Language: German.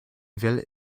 will